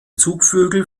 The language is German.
zugvögel